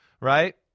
right